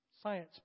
Science